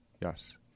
Yes